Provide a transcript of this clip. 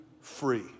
free